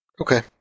Okay